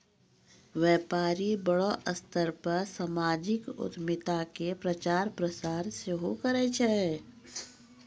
व्यपारी बड़ो स्तर पे समाजिक उद्यमिता के प्रचार प्रसार सेहो करै छै